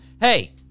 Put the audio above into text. hey